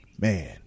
Man